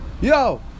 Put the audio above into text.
Yo